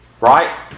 right